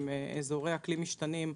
עם אזורי אקלים משתנים,